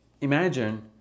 imagine